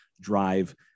drive